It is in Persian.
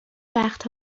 وقت